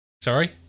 Sorry